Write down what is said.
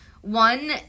one